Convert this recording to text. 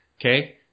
okay